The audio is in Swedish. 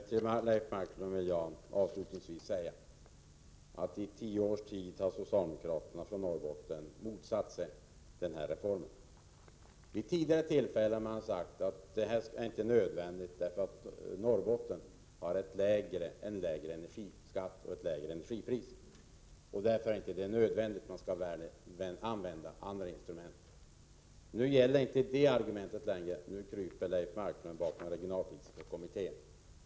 Herr talman! Till Leif Marklund vill jag avslutningsvis säga att socialdemokraterna från Norrbotten i tio års tid har motsatt sig denna reform. Vid tidigare tillfällen har de sagt att det inte är nödvändigt, därför att Norrbotten har en lägre energiskatt och ett lägre energipris, och att andra instrument skall användas. Nu gäller inte det argumentet längre, när Leif Marklund kryper bakom den regionalpolitiska kommittén.